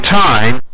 time